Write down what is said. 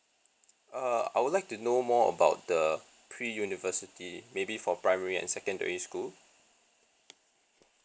err I would like to know more about the pre university maybe for primary and secondary school